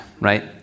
right